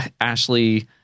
Ashley